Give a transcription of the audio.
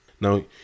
Now